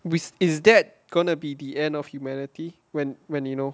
is that gonna be the end of humanity when when you know